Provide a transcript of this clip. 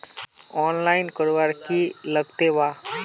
Online करवार की लगते वा?